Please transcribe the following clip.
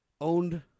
owned